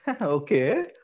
okay